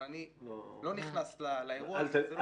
אבל אני לא נכנס לאירוע הזה.